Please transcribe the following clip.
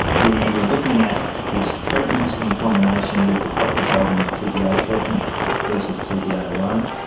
we were looking at this treatment in combination with the clot dissolving tpa treatment versus tpa alone,